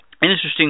interesting